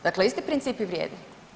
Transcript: Dakle, isti principi vrijede.